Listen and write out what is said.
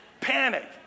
Panic